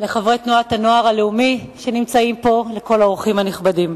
ואת חברי תנועת הנוער הלאומי שנמצאים פה וכל האורחים הנכבדים.